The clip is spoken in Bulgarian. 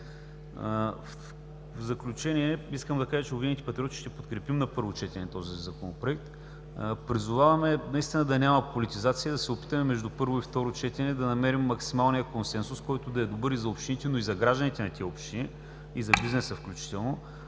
В заключение искам да кажа, че „Обединените патриоти“ ще подкрепим на първо четене този Законопроект. Призоваваме наистина да няма политизация, да се опитаме между първо и второ четене да намерим максималния консенсус, който да е добър и за общините, но и за гражданите на тези общини, включително